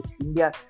India